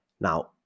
Now